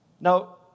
Now